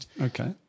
Okay